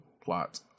plot